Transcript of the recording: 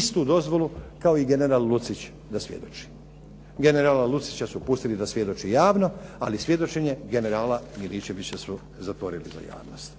istu dozvolu kao i general Lucić da svjedoči. Generala Lucića su pustili da svjedoči javno ali svjedočenje generala Miličevića su zatvorili za javnost.